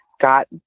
got